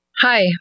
Hi